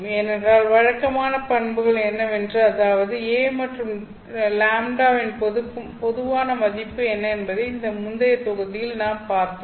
ஏனென்றால் வழக்கமான பண்புகள் என்னவென்று அதாவது a மற்ற λ வின் பொதுவான மதிப்பு என்ன என்பதை இதற்கு முந்தைய தொகுதியில் நாம் பார்த்தோம்